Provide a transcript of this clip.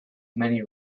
many